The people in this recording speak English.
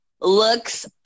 looks